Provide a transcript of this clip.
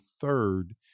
third